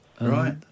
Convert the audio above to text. Right